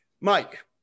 Mike